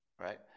Right